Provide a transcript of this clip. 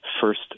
first